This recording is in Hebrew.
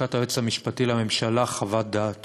לשכת היועץ המשפטי לממשלה חוות דעת